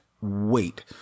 wait